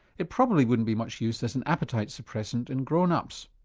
it probably wouldn't be much use as an appetite suppressant in grown ups.